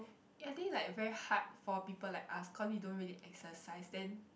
I think like very hard for people like us cause we don't really exercise then